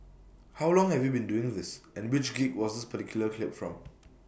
how long have you been doing this and which gig was this particular clip from